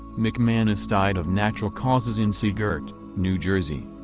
mcmanus died of natural causes in sea girt, new jersey.